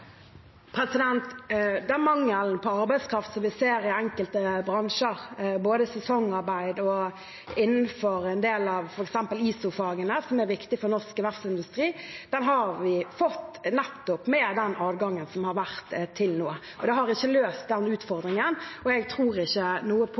mangelen på arbeidskraft som vi ser i enkelte bransjer – både sesongarbeid og innenfor en del av f.eks. ISO-fagene, som er viktig for norsk verftsindustri – har vi fått nettopp med den adgangen som har vært til nå. Det har ikke løst den utfordringen, og jeg tror ikke noe på